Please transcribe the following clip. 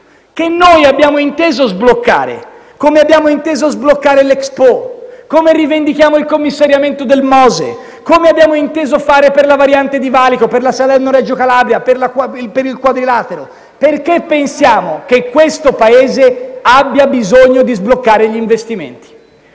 che noi abbiamo inteso sbloccare, come abbiamo inteso sbloccare l'Expo; come rivendichiamo il commissariamento del Mose; come abbiamo inteso fare per la Variante di Valico, per la Salerno-Reggio Calabria e per il Quadrilatero. Pensiamo infatti che questo Paese abbia bisogno di sbloccare gli investimenti.